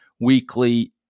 weekly